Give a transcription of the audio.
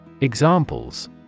Examples